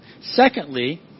Secondly